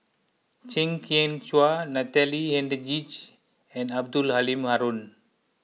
Chew Kheng Chuan Natalie Hennedige and Abdul Halim Haron